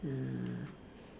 uh